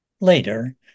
Later